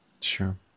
sure